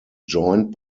joined